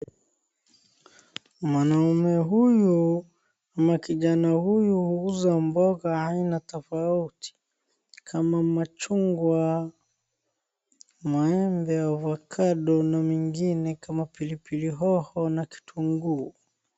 Mwanaume huyu na kijana huyu uuza mboga aina tofauti kama machungwa, maembe, avocado na mengine kama pilipili hoho na kitungu.